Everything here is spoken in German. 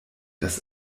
das